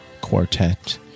quartet